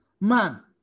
man